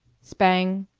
spang!